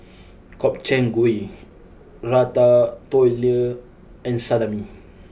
Gobchang Gui Ratatouille and Salami